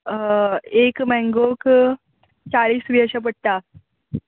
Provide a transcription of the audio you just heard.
एक मँगोक चाळीस बी अशें पडटा